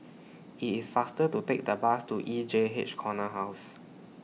IT IS faster to Take The Bus to E J H Corner House